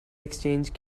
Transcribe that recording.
exchange